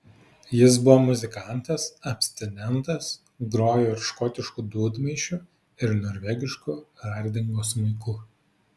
jis buvo muzikantas abstinentas grojo ir škotišku dūdmaišiu ir norvegišku hardingo smuiku